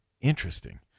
interesting